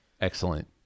Excellent